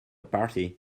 party